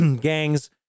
gangs